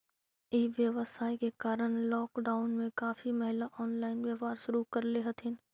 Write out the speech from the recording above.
ई व्यवसाय के कारण लॉकडाउन में काफी महिला ऑनलाइन व्यापार शुरू करले हथिन